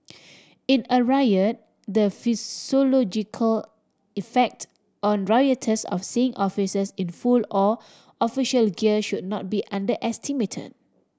in a riot the psychological effect on rioters of seeing officers in full or official gear should not be underestimate